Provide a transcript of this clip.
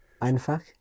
Einfach